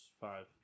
five